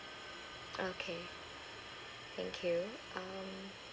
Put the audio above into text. okay thank you um